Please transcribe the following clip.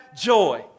joy